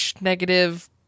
negative